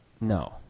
No